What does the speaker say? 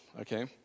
okay